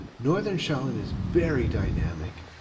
northern shaolin is very dynamic.